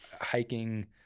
hiking